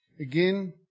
Again